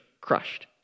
crushed